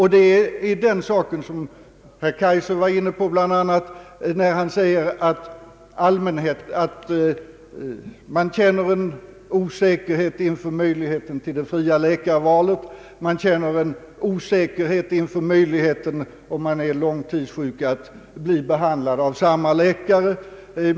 Herr Kaijser var inne på denna sak när han sade att man känner en osäkerhet inför möjligheten till det fria läkarvalet och — om man är långtidssjuk — en osäkerhet inför möjligheten att inte bli behandlad av samma läkare.